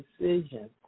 decision